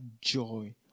joy